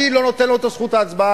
אני לא נותן לו את זכות ההצבעה.